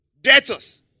debtors